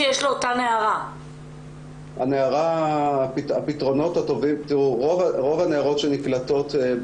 אין צו של בית משפט שמחייב את הנערים או הנערות להגיע לשם.